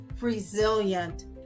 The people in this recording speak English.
Resilient